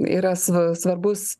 yra sva svarbus